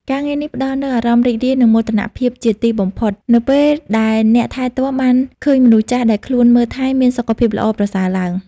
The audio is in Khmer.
ការងារនេះផ្តល់នូវអារម្មណ៍រីករាយ និងមោទនភាពជាទីបំផុត នៅពេលដែលអ្នកថែទាំបានឃើញមនុស្សចាស់ដែលខ្លួនមើលថែមានសុខភាពល្អប្រសើរឡើង។